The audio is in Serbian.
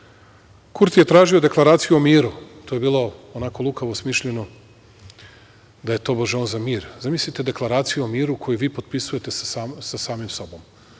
je tražio deklaraciju o miru. To je bilo onako lukavo smišljeno, da je tobože on za mir. Zamislite deklaraciju o miru koji vi potpisujete sa samim sobom.